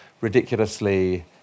ridiculously